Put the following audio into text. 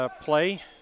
play